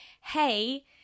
Hey